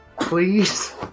Please